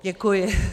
Děkuji.